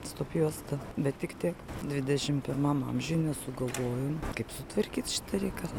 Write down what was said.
stop juosta bet tik tiek dvidešimt pirmam amžiuj nesugalvojom kaip sutvarkyti šitą reikalą